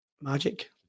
magic